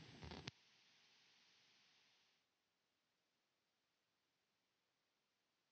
Kiitos.